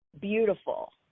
beautiful